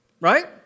right